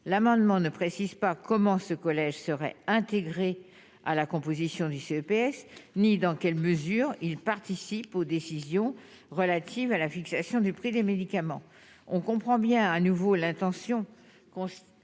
l'amendement ne précise pas comment ce collège serait intégrée à la composition du GPS ni dans quelle mesure il participe aux décisions relatives à la fixation du prix des médicaments, on comprend bien à nouveau l'intention qu'on